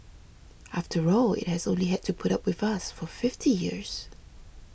after all it has only had to put up with us for fifty years